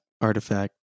artifact